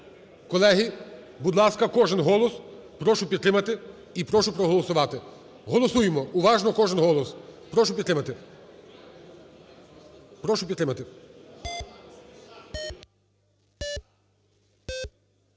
Колеги, будь ласка, кожен голос прошу підтримати і прошу проголосувати, голосуємо уважно кожен голос, прошу підтримати,